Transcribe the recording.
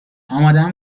آمادم